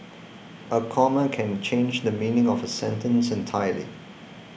a comma can change the meaning of a sentence entirely